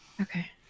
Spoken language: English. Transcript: okay